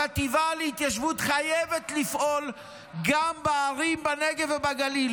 החטיבה להתיישבות חייבת לפעול גם בערים בנגב ובגליל.